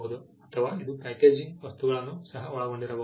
ಅಥವಾ ಇದು ಪ್ಯಾಕೇಜಿಂಗ್ ವಸ್ತುಗಳನ್ನು ಸಹ ಒಳಗೊಂಡಿರಬಹುದು